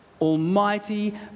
Almighty